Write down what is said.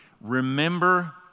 Remember